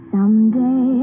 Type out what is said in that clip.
Someday